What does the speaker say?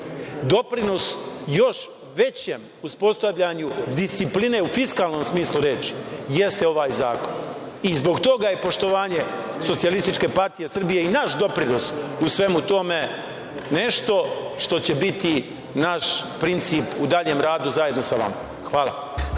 doprinos još većem uspostavljanju discipline u fiskalnom smislu reči jeste ovaj zakon i zbog toga je poštovanje SPS i naš doprinos u svemu tome nešto što će biti naš princip u daljem radu zajedno sa vama. Hvala.